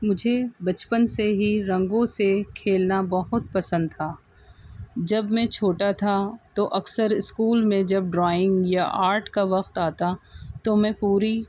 مجھے بچپن سے ہی رنگوں سے کھیلنا بہت پسند تھا جب میں چھوٹا تھا تو اکثر اسکول میں جب ڈرائنگ یا آرٹ کا وقت آتا تو میں پوری